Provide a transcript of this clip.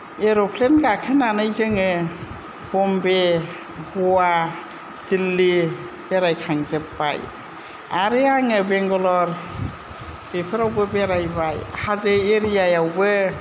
aeroplane गाखोनानै जोङो बम्बे ग'वा दिल्ली बेरायखांजोब्बाय आरो आङो बेंगलर बेफोरावबो बेरायबाय हाजो एरियायावबो